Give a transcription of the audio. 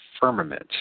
Firmament